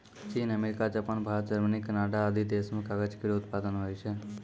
चीन, America, Japan, Bharat, Germany, Canada आदि देस म कागज केरो उत्पादन होय छै